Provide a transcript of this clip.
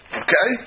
okay